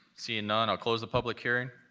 seeing none, i'll close the public hearing.